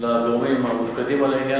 לגורמים המופקדים על העניין,